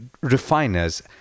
refiners